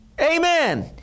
Amen